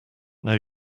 know